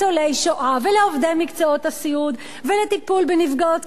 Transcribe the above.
ולעובדי מקצועות הסיעוד ולטיפול בנפגעות תקיפה מינית,